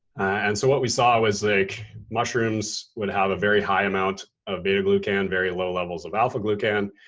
and so what we saw was like mushrooms would have a very high amount of beta glucan, very low levels of alpha glucan,